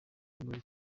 muri